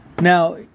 now